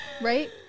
right